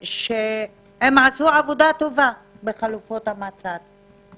שהם עשו עבודה טובה בחלופות המעצר.